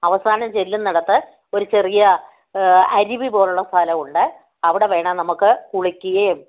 അവസാനം ചെല്ലുന്നേടത്ത് ഒരു ചെറിയ അരുവി പോലുള്ള സ്ഥലമുണ്ട് അവിടെ വേണേ നമ്മള്ക്ക് കുളിക്കുകയും